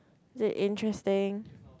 they interesting